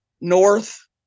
north